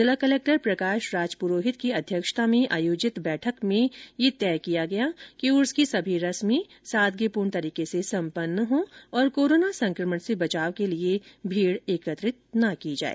जिला कलेक्टर प्रकाश राज पुरोहित की अध्यक्षता में आयोजित बैठक में यह तय किया गया कि उर्स की सभी रस्में सादगीपूर्ण तरीके से सम्पन्न हो और कोरोना संक्रमण से बचाव के लिए भीड़ एकत्रित न की जाए